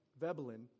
Veblen